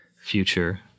future